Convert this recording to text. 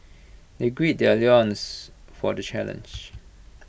they gird their loins for the challenge